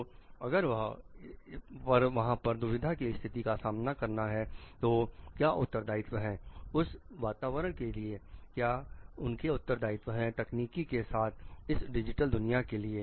तो अगर वहां पर दुविधा की स्थिति का सामना करना है तो क्या उत्तरदायित्व है उस वातावरण के लिए क्या उनके उत्तरदायित्व है तकनीक के साथ इस डिजिटल दुनिया के लिए